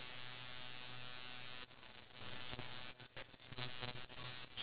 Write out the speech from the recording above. the first time that you met that person then what's the point marriage is just marriage you know